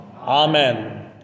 amen